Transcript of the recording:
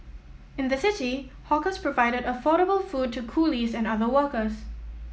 in the city hawkers provided affordable food to coolies and other workers